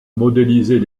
modéliser